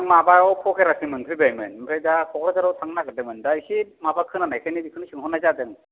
आं माबायाव फकिरासिम मोनफैबायमोन आमफ्राय दा क'क्राझाराव थांनो नागिरदोंमोन दा एसे माबा खोनानाय खायनो बेखौनो सोंहरनाय जादों